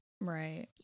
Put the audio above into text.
right